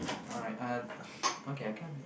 alright uh I can't there